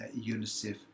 UNICEF